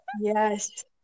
Yes